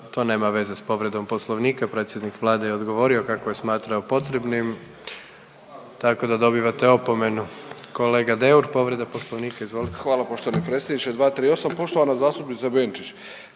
to nema veze s povredom Poslovnika. Predsjednik Vlade je odgovorio kako je smatrao potrebnim, tako da dobivate opomenu. Kolega Deur, povreda Poslovnika, izvolite. **Deur, Ante (HDZ)** Hvala poštovani predsjedniče. 238. Poštovana zastupniče Benčić